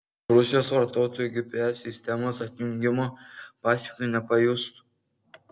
rusijos vartotojai gps sistemos atjungimo pasekmių nepajustų